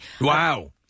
Wow